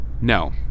No